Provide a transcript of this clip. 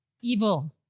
evil